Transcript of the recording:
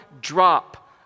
drop